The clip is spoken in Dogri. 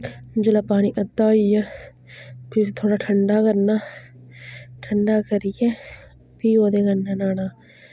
जोल्लै पानी अद्धा होई जा फ्ही उसी थोह्ड़ा ठंडा करना ठंडा करियै फ्ही ओह्दे कन्नै न्हाना